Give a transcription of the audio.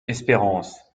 espérance